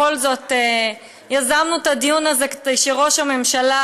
בכל זאת יזמנו את הדיון הזה כדי שראש הממשלה